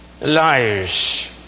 liars